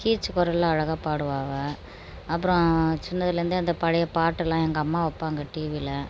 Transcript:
கீச் குரல்ல அழகாக பாடுவா அவள் அப்புறம் சின்னதுலேந்தே அந்த பழைய பாட்டுலாம் எங்கள் அம்மா வைப்பாங்க டிவியில